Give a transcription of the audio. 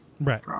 Right